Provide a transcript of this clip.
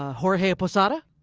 ah jorge posada?